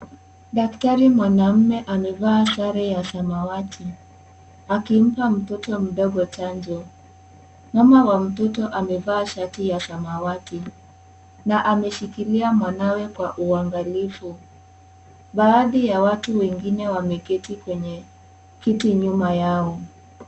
Daktari, mwanaume amevaa sare ya samawati. Akimpa mtoto mdogo chanjo. Mama wa mtoto amevaa shati ya samawati, na ameshikilia mwanawe kwa uangalifu. Baadhi ya watu wengine, wameketi kwenye kiti nyuma yao.